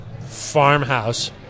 Farmhouse